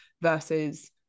versus